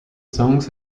songs